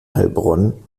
heilbronn